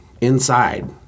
inside